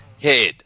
head